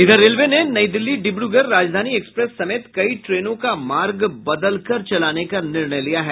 इधर रेलवे ने नई दिल्ली डिब्रगढ़ राजधानी एक्सप्रेस समेत कई ट्रेनों का मार्ग बदल कर चलानेका निर्णय लिया है